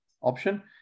option